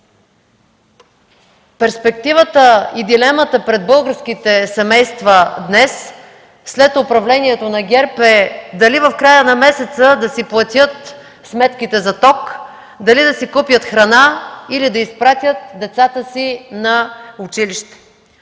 Перспективата и дилемата пред българските семейства днес – след управлението на ГЕРБ, е дали в края на месеца да си платят сметките за ток, дали да си купят храна или да изпратят децата си на училище.